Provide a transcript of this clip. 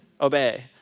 obey